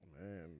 Man